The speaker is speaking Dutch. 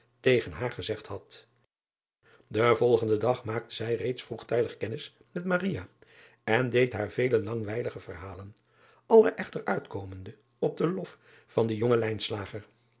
tegen haar gezegd had en volgenden dag maakte zij reeds vroegtijdig kennis met en deed haar vele langwijlige verhalen alle echter uitkomende op den lof van den jongen